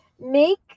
make